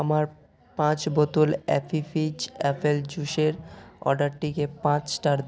আমার পাঁচ বোতল অ্যাপি ফিজ অ্যাপেল জুসের অর্ডারটিকে পাঁচ স্টার